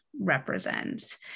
Represents